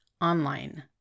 online